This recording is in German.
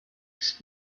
ist